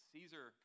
Caesar